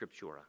Scriptura